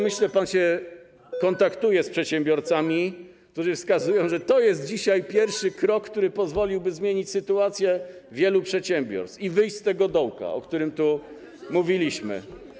Myślę, że pan się kontaktuje z przedsiębiorcami, którzy wskazują, że to jest dzisiaj pierwszy krok, który pozwoliłby zmienić sytuację wielu przedsiębiorstw i wyjść z tego dołka, o którym tu mówiliśmy.